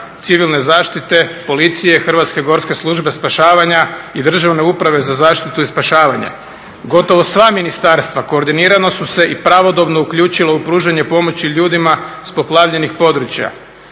civilne zaštite, Policije, Hrvatske gorske službe spašavanja i Državne uprave za zaštitu i spašavanje. Gotovo sva ministarstva koordinirano su se i pravodobno uključila u pružanje pomoći ljudima s poplavljenih područja.